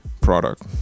product